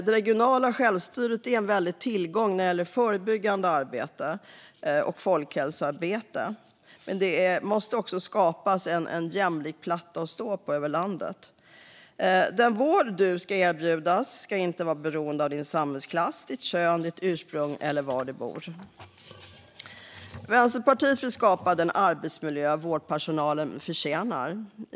Det regionala självstyret är en tillgång i det förebyggande arbetet och i folkhälsoarbetet, men det måste också skapas en jämlik platta att stå på över landet. Den vård du erbjuds ska inte vara beroende av din samhällsklass, ditt kön, ditt ursprung eller var du bor. Vänsterpartiet vill skapa den arbetsmiljö vårdpersonalen förtjänar.